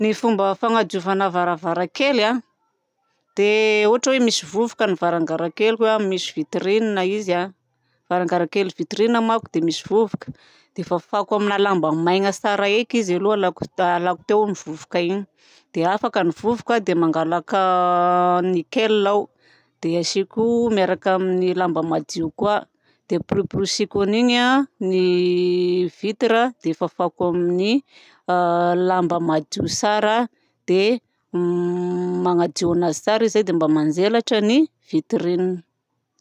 Ny fomba fanadiovana varavarankely dia ohatra hoe misy vovoka ny varangarankely misy vitrine izy varangarankely vitrine manko misy vovoka, dia fafako amin'ny lamba maina tsara eky izy aloha alako, alako teo ny vovoka igny. Dia afaka ny vovoka dia mangalaka nickel aho. Dia asiako miaraka amin'ny lamba madio koa dia amporiporisihako an'igny ny vitre dia fafako amin'ny lamba madio tsara dia manadio anazy tsara zay dia mba manjelatra ny vitrine.